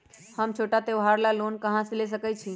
हम छोटा त्योहार ला लोन कहां से ले सकई छी?